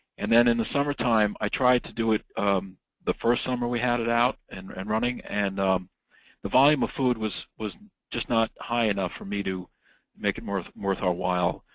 and then in the summer time, i tried to do it the first summer we had it out and and running? and the volume of food was was just not high enough for me to make it worth worth our while.